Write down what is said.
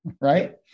right